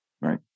right